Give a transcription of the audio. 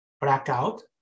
blackout